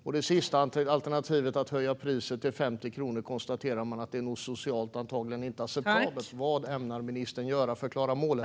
Och man konstaterar att det sista alternativet - att höja priset till 50 kronor - nog inte är socialt acceptabelt. Vad ämnar ministern göra för att klara målet?